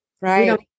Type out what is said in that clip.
Right